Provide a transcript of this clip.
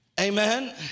amen